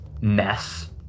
mess